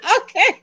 okay